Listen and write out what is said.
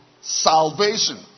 salvation